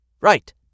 Right